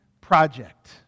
Project